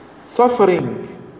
Suffering